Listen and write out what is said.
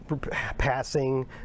passing